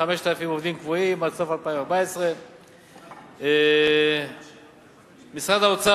5,000 עובדים קבועים עד סוף 2014. משרד האוצר